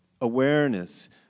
awareness